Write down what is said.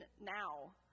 now